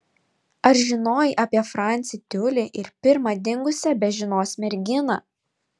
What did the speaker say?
ar žinojai apie francį tiulį ir pirmą dingusią be žinios merginą